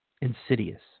insidious